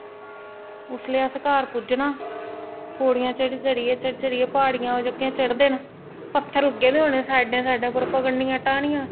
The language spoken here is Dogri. उसलै असें घर पुज्जना पौड़ियां चढ़ी चढ़ियै चढ़ी चढ़ियै प्हाड़ियां ओह् जेह्कियां चढ़दे न पत्थर लग्गे दे होने साइडै साइडै उप्पर पकड़नियां टाह्नियां